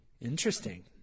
Interesting